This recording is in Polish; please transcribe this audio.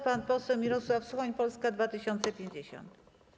Pan poseł Mirosław Suchoń, Polska 2050.